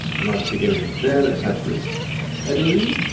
a nice big image there, let's have this heading.